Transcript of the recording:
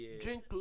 Drink